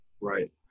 right